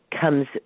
comes